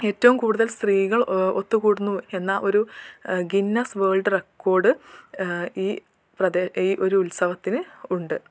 ഏറ്റവും കൂടുതൽ സ്ത്രീകൾ ഒത്തു കൂടുന്നു എന്ന ഒരു ഗിന്നസ് റെക്കോർഡ് ഈ ഒരു ഈ ഒരു ഉത്സവത്തിന് ഉണ്ട്